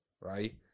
right